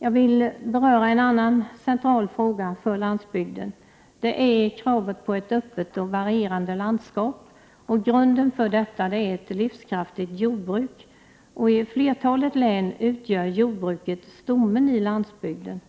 Jag vill beröra en annan central fråga för landsbygden. Det är kravet på ett öppet och varierande landskap. Grunden för detta är ett livskraftigt jordbruk. I flertalet län utgör jordbruket stommen i landsbygden.